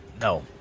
No